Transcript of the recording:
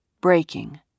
breaking